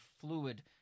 fluid